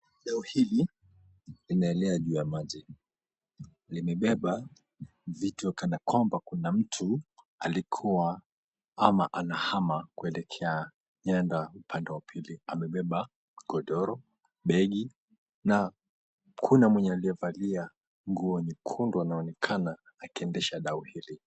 Dau hili linaelea juu ya maji. Limebeba vitu kana kwamba kuna mtu alikuwa ama anahama kuelekea nyenda upande wa pili. Amebeba godoro, begi na kuna mwenye aliyevalia nguo nyekundu anaonekana akiendesha dau hili.